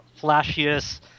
flashiest